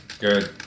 Good